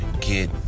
get